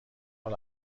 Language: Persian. حال